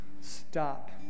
stop